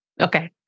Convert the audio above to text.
okay